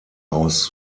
aus